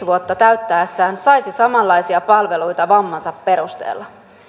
vuotta täyttäessään saisi samanlaisia palveluita vammansa perusteella